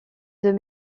deux